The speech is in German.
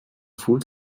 fuß